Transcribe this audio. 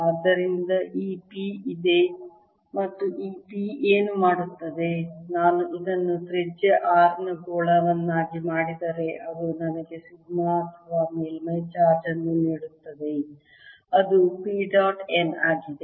ಆದ್ದರಿಂದ ಈ p ಇದೆ ಮತ್ತು ಈ p ಏನು ಮಾಡುತ್ತದೆ ನಾನು ಇದನ್ನು ತ್ರಿಜ್ಯ R ನ ಗೋಳವನ್ನಾಗಿ ಮಾಡಿದರೆ ಅದು ನನಗೆ ಸಿಗ್ಮಾ ಅಥವಾ ಮೇಲ್ಮೈ ಚಾರ್ಜ್ ಅನ್ನು ನೀಡುತ್ತದೆ ಅದು p ಡಾಟ್ n ಆಗಿದೆ